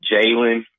Jalen